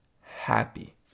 happy